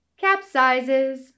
Capsizes